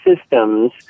systems